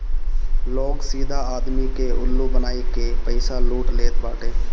लोग सीधा आदमी के उल्लू बनाई के पईसा लूट लेत बाटे